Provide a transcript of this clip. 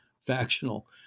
factional